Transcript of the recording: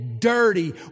dirty